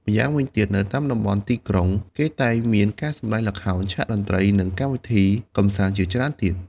ម្យ៉ាងវិញទៀត នៅតាមតំបន់ទីក្រុង គេតែងមានការសម្ដែងល្ខោន ឆាកតន្ត្រី និងកម្មវិធីកម្សាន្តជាច្រើនទៀត។